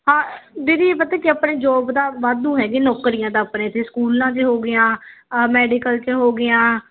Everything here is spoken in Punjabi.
ਹਾਂ ਦੀਦੀ ਪਤਾ ਕਿਆ ਆਪਣੇ ਜੋਬ ਦਾ ਵਾਧੂ ਹੈਗੇ ਨੌਕਰੀਆਂ ਦਾ ਆਪਣੇ ਇੱਥੇ ਸਕੂਲ 'ਚ ਹੋ ਗਈਆਂ ਮੈਡੀਕਲ 'ਚ ਹੋ ਗਈਆਂ